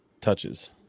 touches